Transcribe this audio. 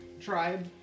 tribe